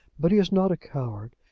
but he is not a coward.